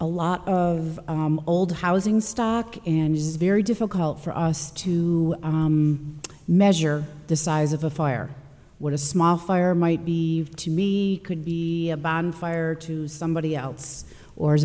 a lot of old housing stock and it's very difficult for us to measure the size of a fire what a small fire might be to me could be a bonfire to somebody else or